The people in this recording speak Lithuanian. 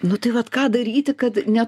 nu tai vat ką daryti kad ne